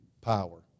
power